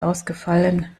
ausgefallen